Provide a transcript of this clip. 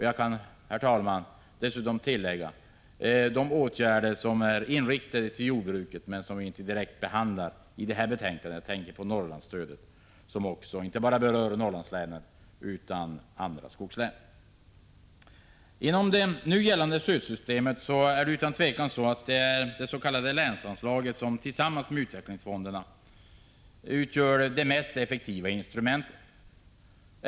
Jag kan, herr talman, dessutom tillägga de åtgärder som är riktade till jordbruket men som inte direkt behandlas i detta betänkande — jag tänker på Norrlandsstödet, som inte bara berör Norrlandslänen utan även andra skogslän. Inom det nu gällande stödsystemet utgör det s.k. länsanslaget tillsammans med utvecklingsfonderna utan tvivel det mest effektiva instrumentet.